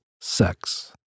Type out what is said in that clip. sex